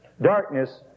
Darkness